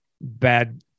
bad